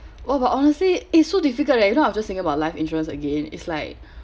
ya but honestly it's so difficult leh you know I've to think about life insurance again it's like